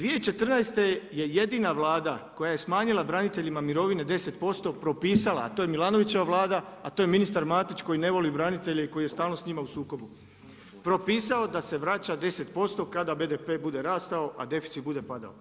2014. je jedina Vlada koja je smanjila braniteljima mirovine 10%, propisala a to je Milanovićeva Vlada, a to je ministar Matić koji ne voli branitelje i koji je stalno s njima u sukobu, propisao da se vraća 10% kada BDP bude rastao a deficit bude padao.